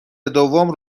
دوم